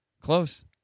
Close